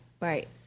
Right